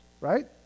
right